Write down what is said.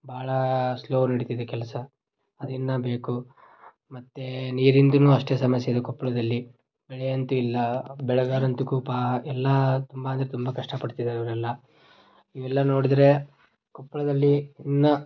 ಭಾಳ ಸ್ಲೋ ನಡೀತಿದೆ ಕೆಲಸ ಅದಿನ್ನೂ ಬೇಕು ಮತ್ತು ನೀರಿಂದು ಅಷ್ಟೇ ಸಮಸ್ಯೆಯಿದೆ ಕೊಪ್ಪಳದಲ್ಲಿ ಬೆಳೆ ಅಂತೂ ಇಲ್ಲ ಬೆಳೆಗಾರ ಅಂತು ಪಾ ಎಲ್ಲ ತುಂಬ ಅಂದರೆ ತುಂಬ ಕಷ್ಟಪಡ್ತಿದಾರೆ ಅವರೆಲ್ಲ ಇವೆಲ್ಲ ನೋಡಿದ್ರೆ ಕೊಪ್ಪಳದಲ್ಲಿ ಇನ್ನೂ